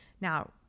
Now